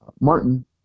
Martin